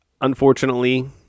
Unfortunately